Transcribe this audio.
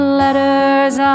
letters